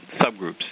subgroups